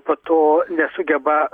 po to nesugeba